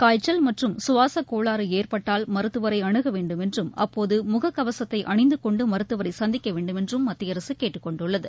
காய்ச்சல் மற்றும் சுவாசக் கோளாறு ஏற்பட்டால் மருத்துவரர அனுக வேண்டும் என்றும் அப்போது முகக்கவசத்தை அணிந்து கொண்டு மருத்துவரை சந்திக்க வேண்டுமென்றும் மத்திய அரசு கேட்டுக் கொண்டுள்ளது